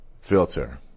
filter